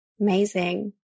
Amazing